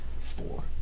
Four